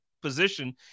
position